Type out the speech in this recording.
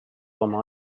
oma